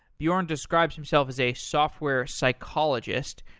bjorn describes himself as a software psychologist.